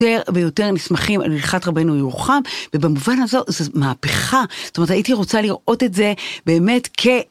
יותר ויותר נשמחים על הליכת רבנו ירוחם ובמובן הזה זה מהפכה, זאת אומרת הייתי רוצה לראות את זה באמת כ...